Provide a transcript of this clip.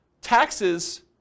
taxes